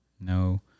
No